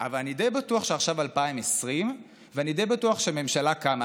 אבל אני די בטוח שעכשיו 2020 ואני די בטוח שהממשלה קמה,